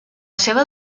seva